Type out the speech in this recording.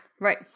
right